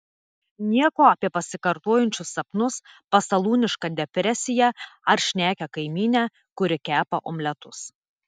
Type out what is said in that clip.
nieko apie pasikartojančius sapnus pasalūnišką depresiją ar šnekią kaimynę kuri kepa omletus